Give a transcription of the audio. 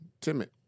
timid